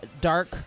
dark